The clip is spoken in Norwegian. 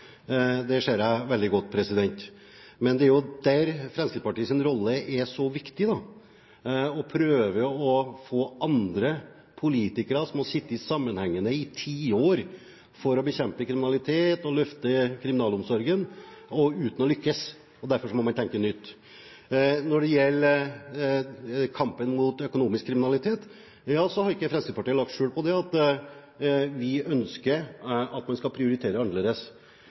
det ser jeg veldig godt. Men det er jo der Fremskrittspartiets rolle er så viktig: å prøve å få andre politikere, som har sittet sammenhengende i tiår og forsøkt å bekjempe kriminalitet og løfte kriminalomsorgen uten å lykkes, til å tenke nytt. Når det gjelder kampen mot økonomisk kriminalitet, har ikke Fremskrittspartiet lagt skjul på at vi ønsker at man skal prioritere annerledes.